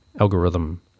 algorithm